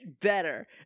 better